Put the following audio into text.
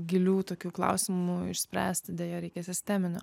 gilių tokių klausimų išspręsti deja reikia sisteminio